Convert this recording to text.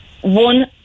one